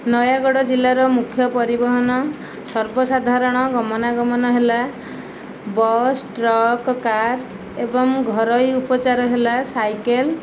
ନୟାଗଡ଼ ଜିଲ୍ଲାର ମୁଖ୍ୟ ପରିବହନ ସର୍ବସାଧାରଣ ଗମନାଗମନ ହେଲା ବସ୍ ଟ୍ରକ କାର୍ ଏବଂ ଘରୋଇ ଉପଚାର ହେଲା ସାଇକଲ